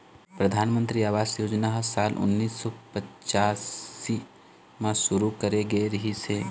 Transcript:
परधानमंतरी आवास योजना ह साल उन्नीस सौ पच्चाइस म शुरू करे गे रिहिस हे